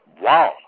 wow